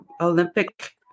Olympic